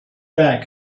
back